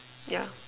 yeah